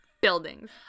buildings